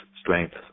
strength